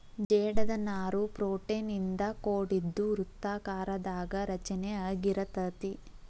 ಜೇಡದ ನಾರು ಪ್ರೋಟೇನ್ ಇಂದ ಕೋಡಿದ್ದು ವೃತ್ತಾಕಾರದಾಗ ರಚನೆ ಅಗಿರತತಿ